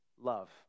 Love